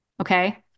Okay